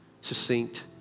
succinct